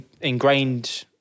ingrained